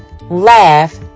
laugh